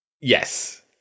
Yes